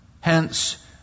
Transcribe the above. Hence